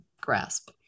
grasp